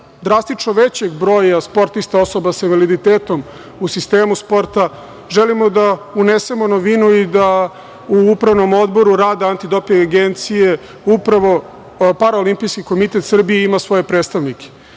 drastično većeg broja sportista osoba sa invaliditetom u sistemu sporta želimo da unesemo novinu i da u Upravnom odboru Antidoping agencije upravo Paraolimpijski komitet ima svoje predstavnike.